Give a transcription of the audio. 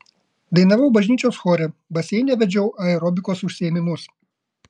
dainavau bažnyčios chore baseine vedžiau aerobikos užsiėmimus